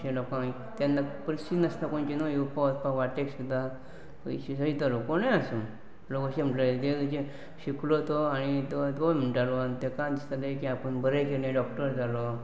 अशें लोकां तेन्ना परिस्थिती नासता खंयचेन्हू येवपाक वचपाक वाटेक सुद्दा पयशें सो दितालो कोणय आसूं अशें म्हणटाे शिकलो तो आनी तो तोय म्हणटालो आनी ताका दिसतालें की आपूण बरें केलें डॉक्टर जालो